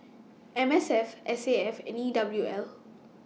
M S F S A F and E W L